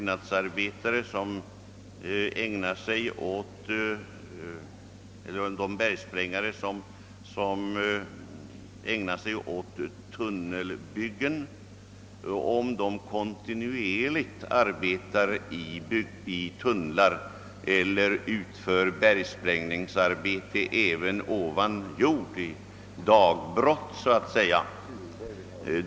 Nu vet jag inte om bergsprängare i tunnelbyggen är sysselsatta kontinuerligt i sådant arbete, eller om de också utför bergsprängningar ovan jord, i dagbrott så att säga.